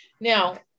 Now